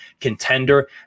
contender